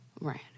right